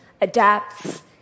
adapts